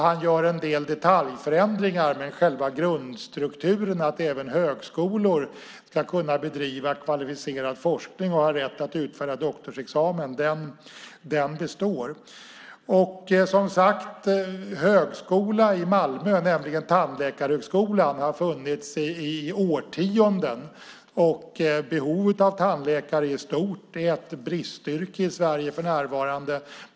Han gör en del detaljförändringar, men själva grundstrukturen - att även högskolor ska kunna bedriva kvalificerad forskning och ha rätt att utfärda doktorsexamen - består. Högskola i Malmö, nämligen tandläkarhögskolan, har funnits i årtionden. Behovet av tandläkare är stort. Det är ett bristyrke i Sverige för närvarande.